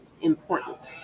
important